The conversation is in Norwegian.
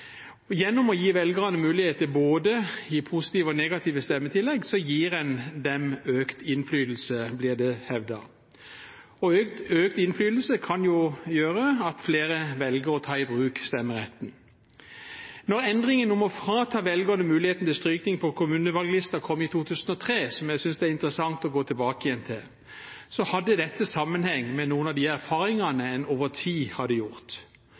Gjennom å gi velgerne mulighet til både å gi positive og negative stemmetillegg gir en dem økt innflytelse, blir det hevdet. Og økt innflytelse kan gjøre at flere velger å ta i bruk stemmeretten. Da endringen om å frata velgerne muligheten til strykning på kommunevalglisten kom i 2003, som jeg synes det er interessant å gå tilbake til, hadde dette sammenheng med noen av de erfaringene en over tid hadde gjort.